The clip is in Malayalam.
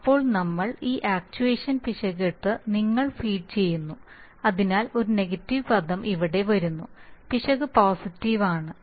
ഇപ്പോൾ നമ്മൾ ഈ ആക്ച്യുവേഷൻ പിശക് എടുത്ത് നിങ്ങൾ ഫീഡ് ചെയ്യുന്നു അതിനാൽ ഒരു നെഗറ്റീവ് പദം ഇവിടെ വരുന്നു പിശക് പോസിറ്റീവ് ആണ്